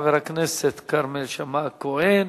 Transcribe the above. חבר הכנסת כרמל שאמה-הכהן.